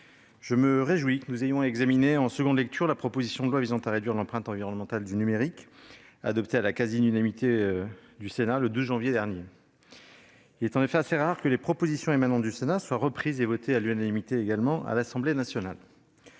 je me réjouis que nous ayons à examiner en seconde lecture la proposition de loi visant à réduire l'empreinte environnementale du numérique, adoptée à la quasi-unanimité par le Sénat le 12 janvier dernier. Il est en effet assez rare que les propositions émanant du Sénat soient reprises et votées, à l'unanimité également, à l'Assemblée nationale.